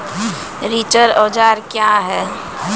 रिचर औजार क्या हैं?